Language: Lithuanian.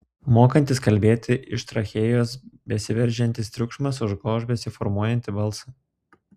mokantis kalbėti iš trachėjos besiveržiantis triukšmas užgoš besiformuojantį balsą